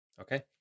Okay